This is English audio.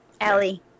Ellie